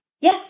Yes